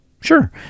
Sure